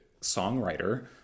songwriter